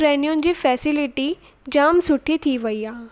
ट्रेनयुनि जी फैसिलिटी जामु सुठी थी वई आहे